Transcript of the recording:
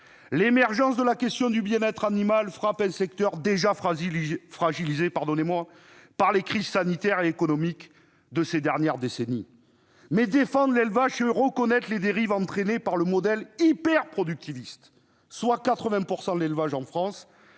L'émergence de la question du bien-être animal frappe un secteur déjà fragilisé par les crises sanitaires et économiques de ces dernières décennies. Mais défendre l'élevage, c'est reconnaître les dérives entraînées par le modèle hyperproductiviste, soit 80 % de l'élevage en France,